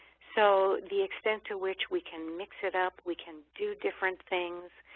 so the extent to which we can mix it up, we can do different things,